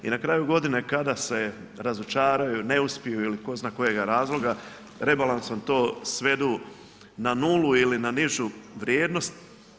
I na kraju godine kada se razočaraju, ne uspiju ili tko zna kojega razloga rebalansom to svedu na nulu ili na nižu vrijednost.